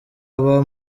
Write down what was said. aba